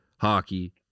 Hockey